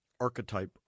archetype